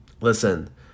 Listen